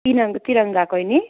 तिरङ तिरङ्गाकै नि